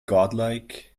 godlike